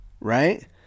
Right